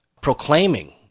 proclaiming